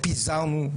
פיזרנו,